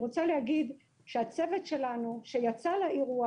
הצוות שלנו יצא לאירוע